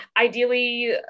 Ideally